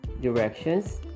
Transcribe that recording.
Directions